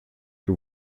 que